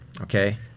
Okay